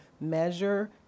measure